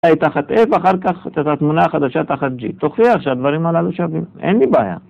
הייתה תחת F, אחר כך הייתה תמונה חדשה תחת G, תוכיח שהדברים הללו שווים, אין לי בעיה